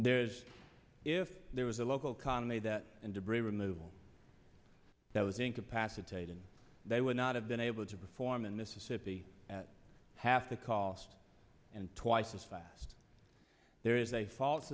there is if there was a local conway that debris removal that was incapacitated they would not have been able to perform in mississippi at half the cost and twice as fast there is a false